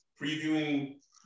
previewing